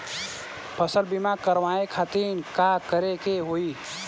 फसल बीमा करवाए खातिर का करे के होई?